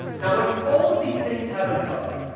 now, what do all of these things have in common?